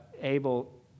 able